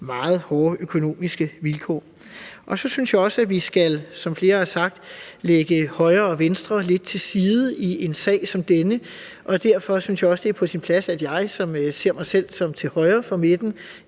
meget hårde økonomiske vilkår. Jeg synes også, som flere har sagt, at vi i en sag som denne skal lægge højre og venstre lidt til side. Derfor synes jeg også, det er på sin plads, at jeg, som ser mig selv som til højre for midten,